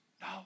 No